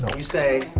you say,